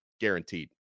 guaranteed